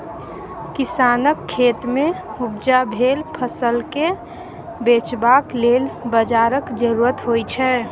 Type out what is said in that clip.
किसानक खेतमे उपजा भेल फसलकेँ बेचबाक लेल बाजारक जरुरत होइत छै